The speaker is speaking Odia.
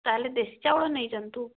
ତାହେଲେ ଦେଶୀ ଚାଉଳ ନେଇ ଯାଆନ୍ତୁ